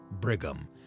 Brigham